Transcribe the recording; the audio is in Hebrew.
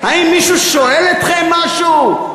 האם מישהו שואל אתכם משהו?